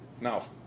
now